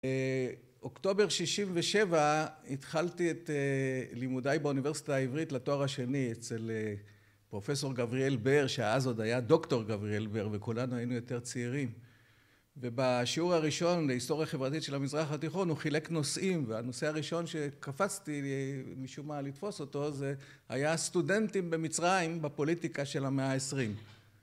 אוקטובר שישים ושבע התחלתי את לימודיי באוניברסיטה העברית לתואר השני אצל פרופסור גבריאל באר שאז עוד היה דוקטור גבריאל באר וכולנו היינו יותר צעירים ובשיעור הראשון להיסטוריה חברתית של המזרח התיכון הוא חילק נושאים והנושא הראשון שקפצתי משום מה לתפוס אותו זה היה סטודנטים במצרים בפוליטיקה של המאה העשרים